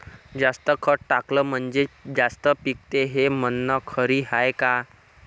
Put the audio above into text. जास्त खत टाकलं म्हनजे जास्त पिकते हे म्हन खरी हाये का?